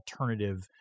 alternative